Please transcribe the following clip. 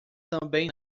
também